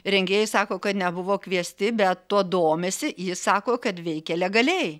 rengėjai sako kad nebuvo kviesti bet tuo domisi jis sako kad veikė legaliai